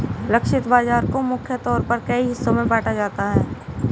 लक्षित बाजार को मुख्य तौर पर कई हिस्सों में बांटा जाता है